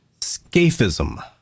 Scafism